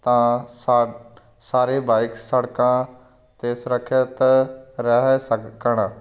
ਤਾਂ ਸ ਸਾਰੇ ਬਾਈਕ ਸੜਕਾਂ 'ਤੇ ਸੁਰੱਖਿਅਤ ਰਹਿ ਸਕਣ